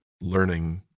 learning